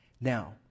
now